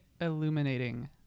illuminating